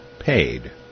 paid